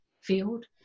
field